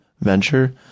venture